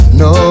no